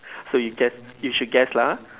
so you guess you should guess lah